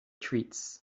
treats